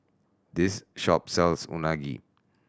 this shop sells Unagi